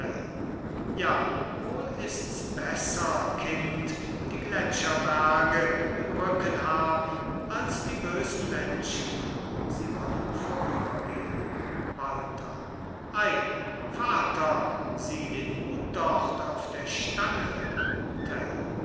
ja wohl ist's besser kind die gletscherberge im rücken zu haben als die bösen menschen sie wollen vorübergehen walther ei vater sieh den hut dort auf der stange